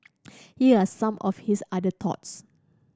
here are some of his other thoughts